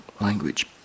language